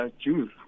choose